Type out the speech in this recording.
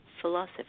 philosophy